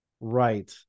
Right